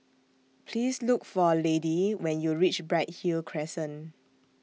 Please Look For Lady when YOU REACH Bright Hill Crescent